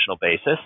basis